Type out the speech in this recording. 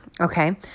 okay